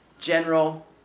general